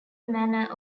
manner